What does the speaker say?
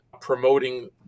promoting